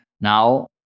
Now